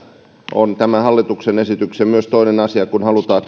on tämän hallituksen esityksen toinen asia kun halutaan